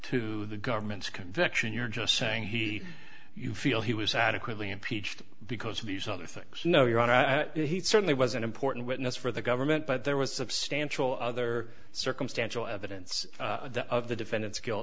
to the government's conviction you're just saying he you feel he was adequately impeached because of these other things no your honor he certainly was an important witness for the government but there was substantial other circumstantial evidence of the defendant